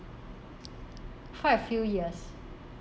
quite a few years